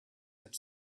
had